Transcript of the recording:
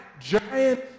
giant